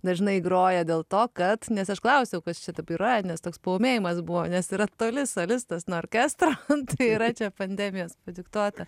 dažnai groja dėl to kad nes aš klausiau kas čia taip yra nes toks paūmėjimas buvo nes yra toli solistas nuo orkestro tai yra čia pandemijos padiktuota